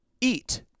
eat